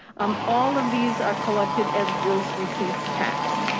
um all of these are collected as gross receipts tax.